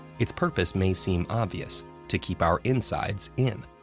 its purpose may seem obvious to keep our insides in.